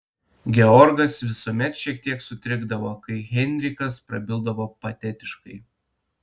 georgas visuomet šiek tiek sutrikdavo kai heinrichas prabildavo patetiškai